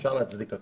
אפשר להצדיק הכל.